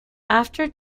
after